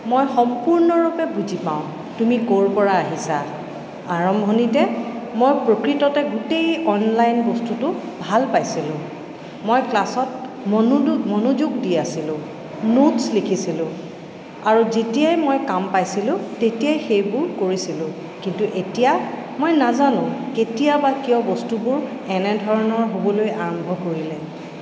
মই সম্পূৰ্ণৰূপে বুজি পাওঁ তুমি ক'ৰপৰা আহিছা আৰম্ভণিতে মই প্ৰকৃততে গোটেই অনলাইন বস্তুটো ভাল পাইছিলোঁ মই ক্লাছত মনোযোগ দি আছিলোঁ নোটছ লিখিছিলোঁ আৰু যেতিয়াই মই কাম পাইছিলোঁ তেতিয়াই সেইবোৰ কৰিছিলোঁ কিন্তু এতিয়া মই নাজানো কেতিয়া বা কিয় বস্তুবোৰ এনেধৰণৰ হ'বলৈ আৰম্ভ কৰিলে